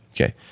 okay